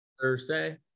Thursday